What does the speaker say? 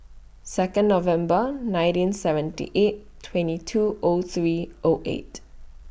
Second November nineteen seventy eight twenty two O three O eight